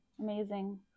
amazing